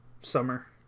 summer